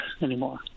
anymore